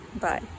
bye